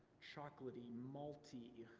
chocolatey, malty,